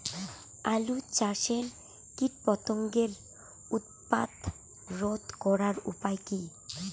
আলু চাষের কীটপতঙ্গের উৎপাত রোধ করার উপায় কী?